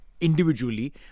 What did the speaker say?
individually